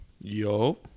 Yo